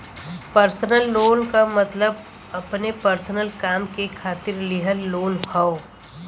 personal loan क मतलब अपने पर्सनल काम के खातिर लिहल लोन हौ